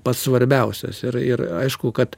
pats svarbiausias ir ir aišku kad